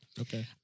okay